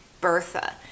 Bertha